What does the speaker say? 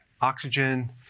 oxygen